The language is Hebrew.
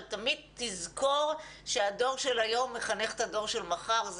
אבל תמיד תזכור שהדור של היום מחנך את הדור של מחר.